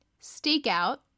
stakeout